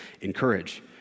encourage